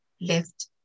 left